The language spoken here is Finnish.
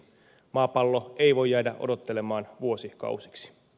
maapallo ei voi jäädä odottelemaan vuosikausiksi